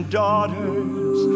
daughters